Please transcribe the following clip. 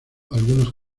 algunos